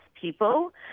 people